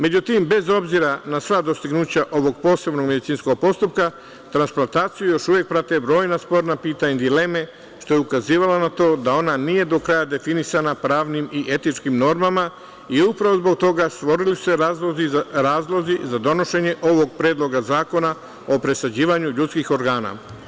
Međutim, bez obzira na sva dostignuća ovog posebnog medicinskog postupka, transplantaciju još uvek prate brojna sporna pitanja, dileme što je ukazivalo na to da ona nije do kraja definisana pravnim i etičkim normama i upravo zbog toga su se stvorili razlozi za donošenje ovog Predloga zakona o presađivanju ljudskih organa.